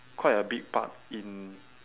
quite a big part in